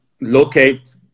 locate